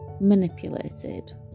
manipulated